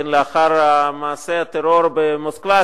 לאחר מעשה הטרור במוסקבה,